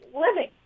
living